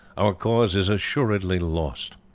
our cause is assuredly lost.